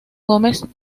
gómez